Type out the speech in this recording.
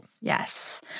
Yes